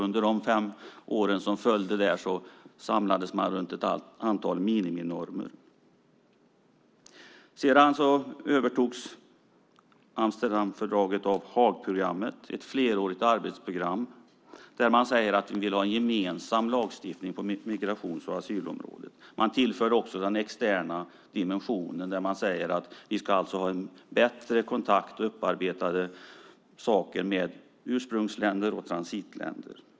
Under de fem följande åren samlades man kring ett antal miniminormer. Sedan övertogs Amsterdamfördraget av Haagprogrammet, ett flerårigt arbetsprogram om att vi vill ha en gemensam lagstiftning på migrations och asylområdet. Man tillförde också den externa dimensionen: att vi ska ha en bättre kontakt och upparbetade saker med ursprungsländer och transitländer.